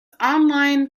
online